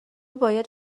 باید